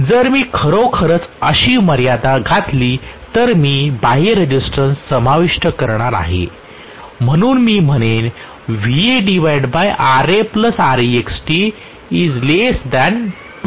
जर मी खरोखरच अशी मर्यादा घातली तर मी बाह्य रेसिस्टन्स समाविष्ट करणार आहे म्हणून मी म्हणेन 2Iarated